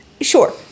Sure